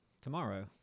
tomorrow